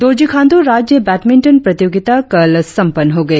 दोरजी खाण्ड्र राज्य बैडमिंटन प्रतियोगिता कल संपन्न हो गई